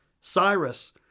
Cyrus